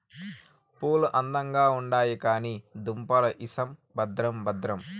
పూలు అందంగా ఉండాయి కానీ దుంపలు ఇసం భద్రం భద్రం